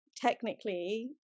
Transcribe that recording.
technically